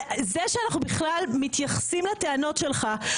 זה שאנחנו בכלל מתייחסים לטענות שלך,